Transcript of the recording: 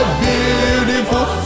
beautiful